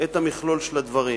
את המכלול של הדברים.